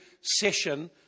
session